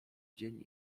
dzień